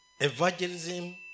Evangelism